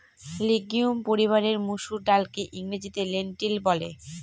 legume পরিবারের মসুর ডালকে ইংরেজিতে লেন্টিল বলে